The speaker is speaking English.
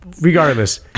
Regardless